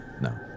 No